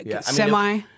Semi